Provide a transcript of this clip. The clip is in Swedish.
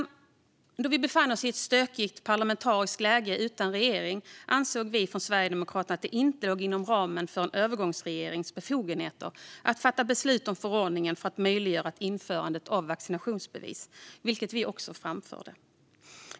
Då vi befann oss i ett stökigt parlamentariskt läge utan regering ansåg vi från Sverigedemokraterna att det inte låg inom ramen för en övergångsregerings befogenheter att fatta beslut om förordningar för att möjliggöra ett införande av vaccinationsbevis, vilket vi också framförde.